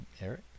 Eric